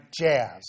jazz